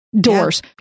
doors